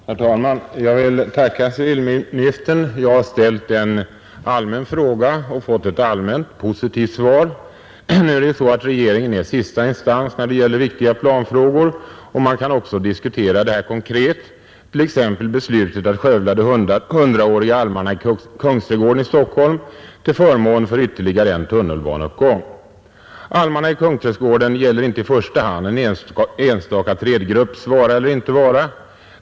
Herr talman! Jag vill tacka civilminstern. Jag har ställt en allmän fråga och fått ett allmänt positivt svar. Regeringen är sista instans när det gäller viktiga planfrågor, och man kan också diskutera saken konkret, t.ex. beslutet att skövla de hundraåriga almarna i Kungsträdgården i Stockholm till förmån för ytterligare en tunnelbaneuppgång. Frågan om almarna i Kungsträdgården gäller inte i första hand en enstaka trädgrupps vara eller inte vara.